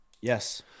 Yes